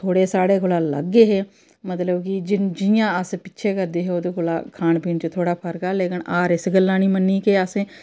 थोह्डे साढ़े कोला अलग हे मतलब कि जि'यां अस पिच्छें करदे हे ओह्दे कोला खान पीन च थोह्डा फर्क हा लोकिन हार इस गल्ला निं मन्नी कि असें